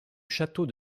château